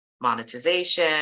monetization